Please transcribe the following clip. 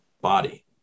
body